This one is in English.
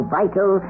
vital